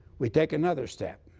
we take another step.